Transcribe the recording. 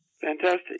Fantastic